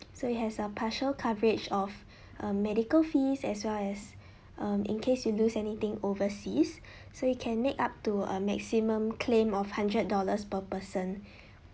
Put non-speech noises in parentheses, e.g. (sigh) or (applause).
so it has a partial coverage of (breath) um medical fees as well as um in case you lose anything overseas (breath) so you can make up to a maximum claim of hundred dollars per person